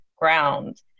ground